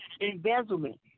embezzlement